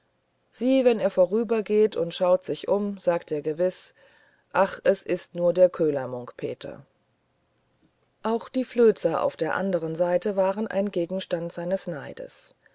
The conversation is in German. sieh wenn er vorübergeht und schaut sich um sagt er gewiß ach es ist nur der köhler munk peter auch die flözer auf der andern seite waren ein gegenstand seines neides